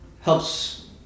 helps